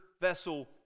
vessel